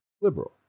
liberal